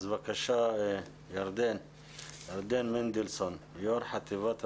אז בבקשה ירדן מנדלסון יו"ר חטיבת הפסיכולוגיה.